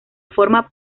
forma